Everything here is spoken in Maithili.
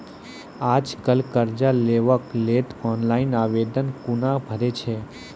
आज कल कर्ज लेवाक लेल ऑनलाइन आवेदन कूना भरै छै?